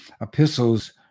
epistles